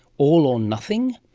all or nothing?